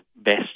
best